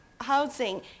housing